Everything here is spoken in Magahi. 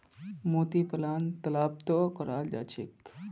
मोती पालन तालाबतो कराल जा छेक